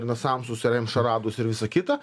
nasamsus ir emšaradus ir visa kita